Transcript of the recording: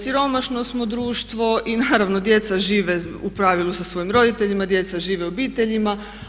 Siromašno smo društvo i naravno djeca žive u pravilu sa svojim roditeljima, djeca žive u obiteljima.